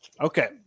Okay